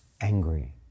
Angry